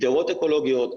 גדרות אקולוגיות,